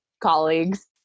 colleagues